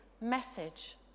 message